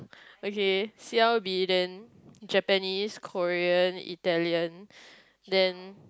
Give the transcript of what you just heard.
okay C_L_V then Japanese Korean Italian then